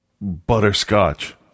butterscotch